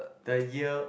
the year